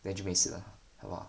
then 没事了好不好